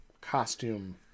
costume